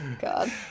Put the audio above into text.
God